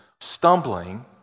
stumbling